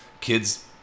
kids